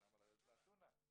"למה לרדת באתונה".